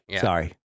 sorry